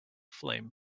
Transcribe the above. flame